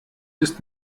ist